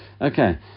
Okay